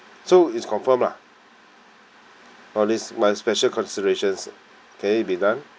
so is confirm lah all this my special considerations can it be done